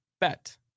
bet